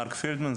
מרק פלדמן,